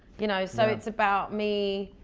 you know so, it's about me.